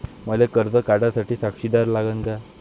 मले कर्ज काढा साठी साक्षीदार लागन का?